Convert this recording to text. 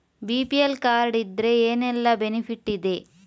BPL card ಇದ್ರೆ ಏನೆಲ್ಲ benefit ಇದೆ?